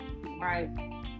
Right